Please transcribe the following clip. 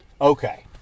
Okay